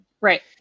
right